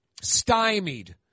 stymied